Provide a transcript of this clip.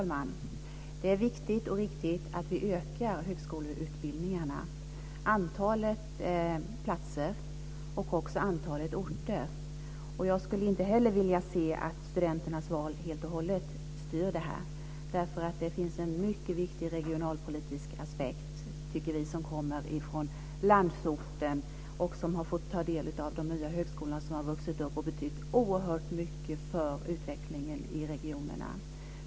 Fru talman! Det är viktigt att vi utökar högskoleutbildningarna. Det gäller både antalet platser och antalet orter. Jag skulle inte heller vilja se att studenternas val styr helt och hållet. Det finns en mycket viktig regionalpolitisk aspekt, tycker vi som kommer från landsorten och som fått ta del av de nya högskolor som har vuxit upp. De har betytt oerhört mycket för utvecklingen i regionerna.